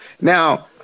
Now